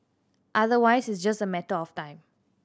otherwise it's just a matter of time